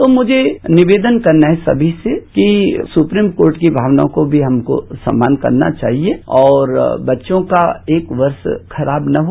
तो मुझे निवेदन करना है समी से कि सुप्रीम कोर्ट की भावनाओं को भी हमको सम्मान करना चाहिए और बच्चों का एक वर्ष खराब न हो